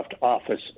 Office